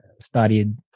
studied